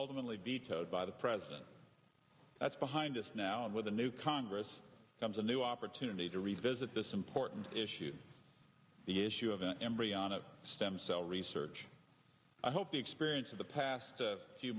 ultimately vetoed by the president that's behind us now with a new congress this becomes a new opportunity to revisit this important issue the issue of embryonic stem cell research i hope the experience of the past few